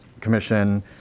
commission